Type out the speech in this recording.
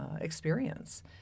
experience